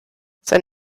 sein